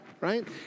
right